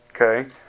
Okay